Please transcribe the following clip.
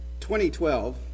2012